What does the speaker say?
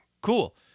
Cool